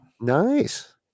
nice